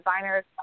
designers –